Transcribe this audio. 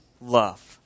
love